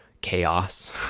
chaos